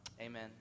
Amen